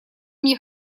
мне